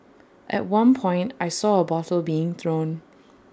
at one point I saw A bottle being thrown